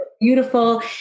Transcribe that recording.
beautiful